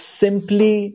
simply